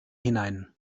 hinein